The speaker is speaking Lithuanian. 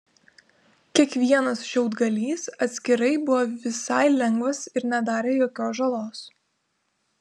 kiekvienas šiaudgalys atskirai buvo visai lengvas ir nedarė jokios žalos